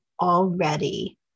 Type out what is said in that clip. already